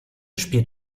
spielt